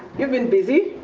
you've been busy.